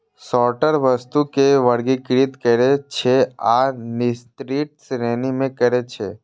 sorter वस्तु कें वर्गीकृत करै छै आ निर्दिष्ट श्रेणी मे अलग करै छै